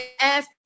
ask